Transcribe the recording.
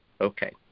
Okay